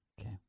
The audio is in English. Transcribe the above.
okay